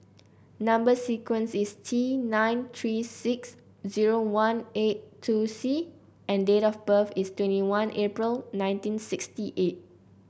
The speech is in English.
number sequence is T nine three six zero one eight two C and date of birth is twenty one April nineteen sixty eight